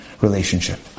relationship